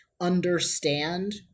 understand